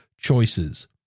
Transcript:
choices